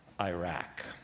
Iraq